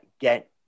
Get